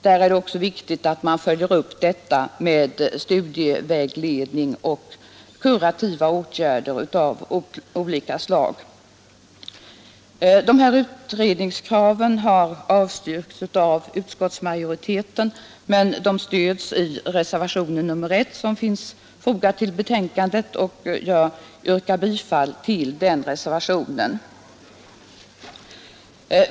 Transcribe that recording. Det är också viktigt att man följer upp studievalet med studievägledning och kurativa åtgärder av olika slag. De här utredningskraven har avstyrkts av utskottsmajoriteten, men de stöds i reservationen 1, som finns fogad till betänkandet, och jag yrkar bifall till den reservationen.